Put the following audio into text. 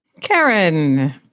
Karen